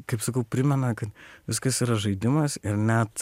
kaip sakau primena kad viskas yra žaidimas ir net